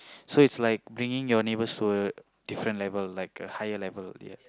so it's like bringing your neighbors to a different level like a higher level ya